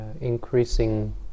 increasing